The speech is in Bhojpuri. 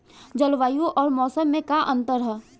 जलवायु अउर मौसम में का अंतर ह?